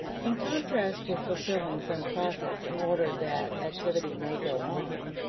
in contrast with fulfilling some process in order that activity may go on,